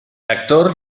actor